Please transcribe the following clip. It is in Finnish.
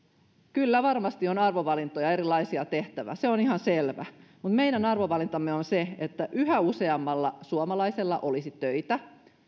kyllä varmasti on erilaisia arvovalintoja tehtävä se on ihan selvä mutta meidän arvovalintamme on se että yhä useammalla suomalaisella olisi töitä